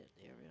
area